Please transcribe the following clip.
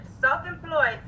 self-employed